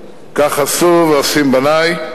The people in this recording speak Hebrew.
כך עשו ועושים בני,